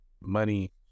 money